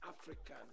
African